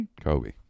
Kobe